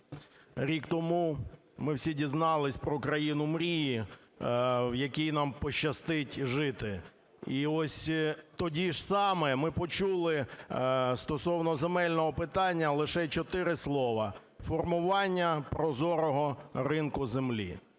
рік тому ми всі дізналися про країну мрії, в якій нам пощастить жити. І ось тоді ж саме ми почули стосовно земельного питання лише чотири слова: формування прозорого ринку землі.